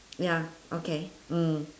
ya okay mm